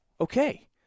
okay